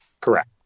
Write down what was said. Correct